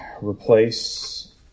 replace